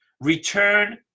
Return